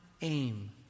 aim